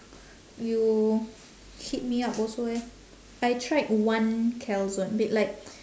you hit me up also eh I tried one calzone b~ like